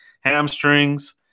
hamstrings